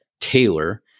Taylor